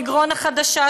מגרון החדשה,